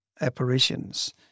apparitions